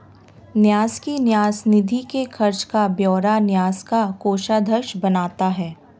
न्यास की न्यास निधि के खर्च का ब्यौरा न्यास का कोषाध्यक्ष बनाता है